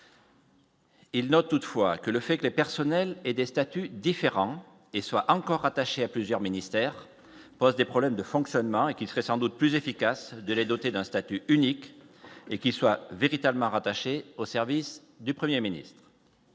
Il note toutefois que le fait que les personnels et des statuts différents et soient encore attaché à plusieurs ministères, des problèmes de fonctionnement et qui serait sans doute plus efficace de les doter d'un statut unique et qui soit véritablement rattaché aux services du 1er ministre.